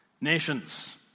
nations